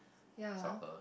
ya